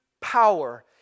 power